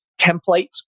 templates